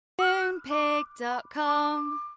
Moonpig.com